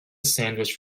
sandwich